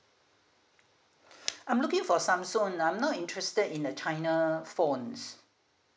I'm looking for samsung I'm not interested in a china phones